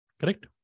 Correct